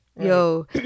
Yo